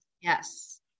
Yes